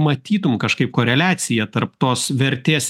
matytum kažkaip koreliaciją tarp tos vertės